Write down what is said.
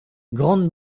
grande